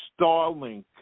Starlink